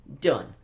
done